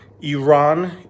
Iran